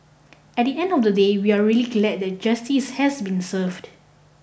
at the end of the day we are really glad that justice has been served